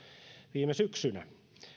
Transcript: viime syksynä